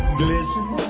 glisten